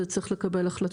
זה צריך לקבל החלטה.